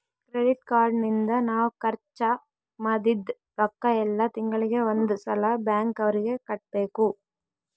credit card ನಿಂದ ನಾವ್ ಖರ್ಚ ಮದಿದ್ದ್ ರೊಕ್ಕ ಯೆಲ್ಲ ತಿಂಗಳಿಗೆ ಒಂದ್ ಸಲ ಬ್ಯಾಂಕ್ ಅವರಿಗೆ ಕಟ್ಬೆಕು